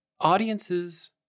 Audiences